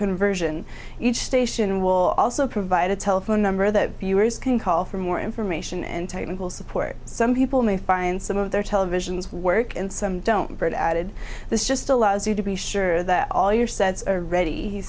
conversion each station will also provide a telephone number the viewers can call for more information and technical support some people may find some of their televisions work and some don't but added this just allows you to be sure that all your sets are ready he